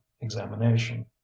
examination